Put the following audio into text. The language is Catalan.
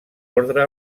ordre